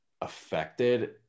affected